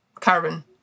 Karen